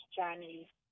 Chinese